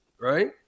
right